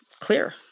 clear